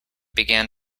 began